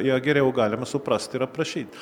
ją geriau galima suprasti ir aprašyt